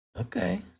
Okay